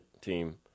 team